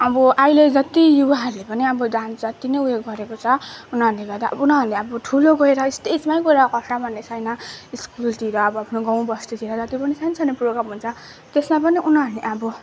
अब अहिले जति युवाहरूले पनि अब डान्स जति नै उयो गरेको छ उनीहरूले गर्दा अब उनीहरूले अब ठुलो गएर स्टेजमै गएर गर्छ भन्ने छैन स्कुलतिर अब आफ्नो आफ्नो गाउँ बस्तीतिर जति पनि सानसानो प्रोग्राम हुन्छ त्यसमा पनि उनीहरूले अब